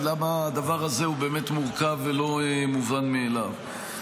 ולמה הדבר הזה הוא מורכב ולא מובן מאליו.